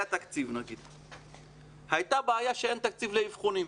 תקציב אבל הייתה בעיה שאין תקציב לאבחון.